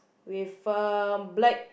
with a black